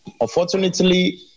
unfortunately